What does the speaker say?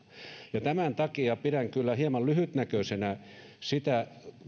tämän takia pidän kyllä hieman lyhytnäköisenä esimerkiksi sitä